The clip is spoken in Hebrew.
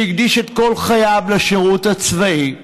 שהקדיש את כל חייו לשירות הצבאי,